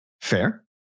Fair